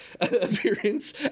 appearance